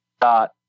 dot